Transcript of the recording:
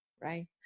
right